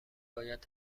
باید